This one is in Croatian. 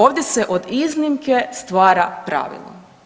Ovdje se od iznimke stvara pravilo.